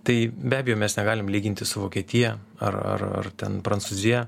tai be abejo mes negalim lygintis su vokietija ar ar ar ten prancūzija